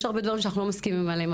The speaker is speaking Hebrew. יש הרבה דברים שאנחנו לא מסכימים עליהם,